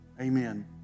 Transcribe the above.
Amen